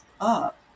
up